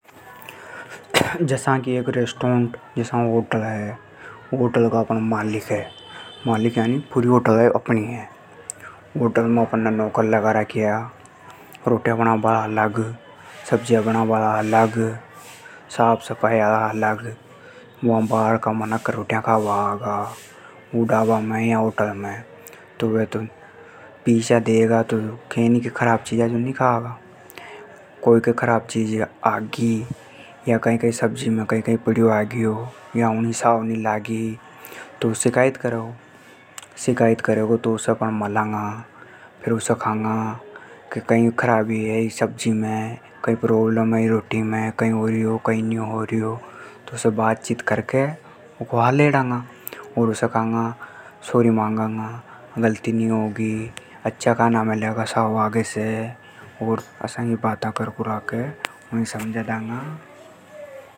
जसा की एक रेस्टोरेंट, होटल है। वु होटल का अपण मालिक है। मालिक यानी पूरी होटल ही अपनी हे। ऊमें अपन ने नौकर लगा राख्या, रोटियां हाला अलग, सब्जी हाला अलग। सफाई हाला अलग। वा बाहर का मनख खाबा आगा। वे तो पैसा देगा तो खराब चीजा नी खागा। कोई के खराब चीज आगी। कई-कई सब्जी में पढ्यो तो वु शिकायत करेगो। शिकायत करेगो तो अपण मलंगा। उसे पूछांगा के कई खराबी हे ईमे। उसे बातचीत करके उको हल हेडंगा। उसे केंगा गलती नी होगी आगे से। अच्छों खानों देंगा आगे से।